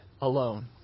alone